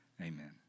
amen